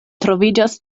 troviĝas